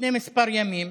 לפני כמה ימים,